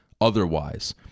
otherwise